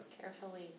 Carefully